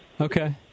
Okay